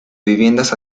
viviendas